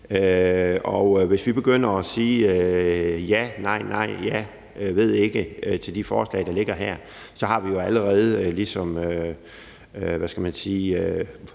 hvis vi begynder at sige ja eller nej eller ved ikke til de forslag, der ligger her, så har vi allerede